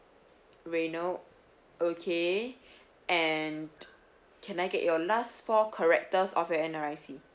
reynald okay and can I get your last four characters of your N_R_I_C